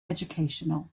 educational